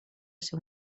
ser